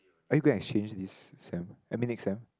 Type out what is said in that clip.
are you going exchange this sem I mean next sem